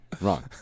Wrong